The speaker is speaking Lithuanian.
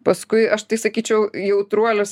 paskui aš tai sakyčiau jautruolis